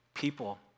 people